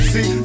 See